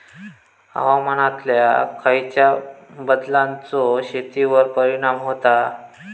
हवामानातल्या खयच्या बदलांचो शेतीवर परिणाम होता?